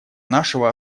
нашего